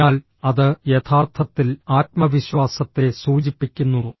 അതിനാൽ അത് യഥാർത്ഥത്തിൽ ആത്മവിശ്വാസത്തെ സൂചിപ്പിക്കുന്നു